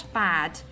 bad